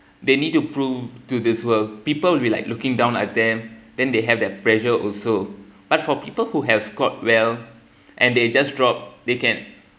they need to prove to this world people will like looking down at them then they have the pressure also but for people who have scored well and they just drop they can